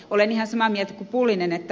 olen ihan samaa mieltä kuin ed